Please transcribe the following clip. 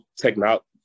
technology